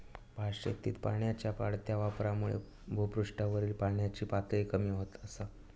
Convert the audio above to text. भातशेतीत पाण्याच्या वाढत्या वापरामुळा भुपृष्ठावरील पाण्याची पातळी कमी होत असा